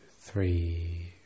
three